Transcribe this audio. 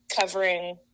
covering